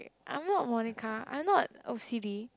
I am not Monica I am not O_C_D